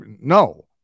No